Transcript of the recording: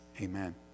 Amen